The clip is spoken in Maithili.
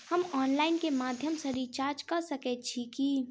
हम ऑनलाइन केँ माध्यम सँ रिचार्ज कऽ सकैत छी की?